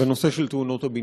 בנושא של תאונות הבניין.